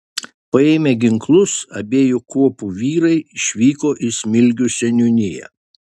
paėmę ginklus abiejų kuopų vyrai išvyko į smilgių seniūniją